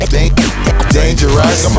Dangerous